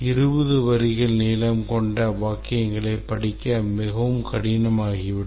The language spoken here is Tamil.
20 வரிகள் நீளம் கொண்ட வாக்கியங்களைப் படிக்க மிகவும் கடினமாகிவிடும்